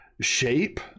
shape